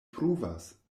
pruvas